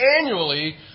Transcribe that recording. annually